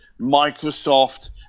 Microsoft